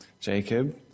Jacob